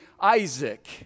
Isaac